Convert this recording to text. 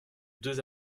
deux